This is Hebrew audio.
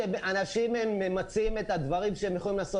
אנשים ממצים את הדברים שהם יכולים לעשות